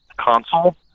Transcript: console